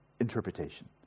interpretation